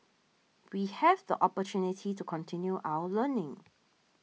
we have the opportunity to continue our learning